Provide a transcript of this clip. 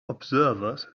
observers